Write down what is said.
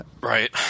Right